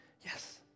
yes